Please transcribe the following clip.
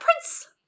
Prince